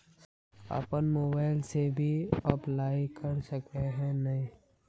अपन मोबाईल से भी अप्लाई कर सके है नय?